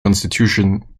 constitution